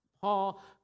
Paul